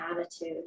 attitude